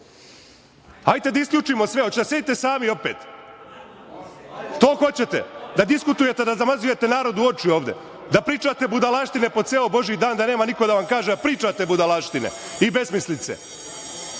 Hajte da isključimo sve. Hoćete da sedite sami opet? To hoćete, da diskutujete, da zamazujete narodu oči ovde, da pričate budalaštine po ceo božiji dan, da nema niko da vam kaže da pričate budalaštine i besmislice. Da